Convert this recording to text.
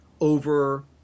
over